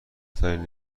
ترین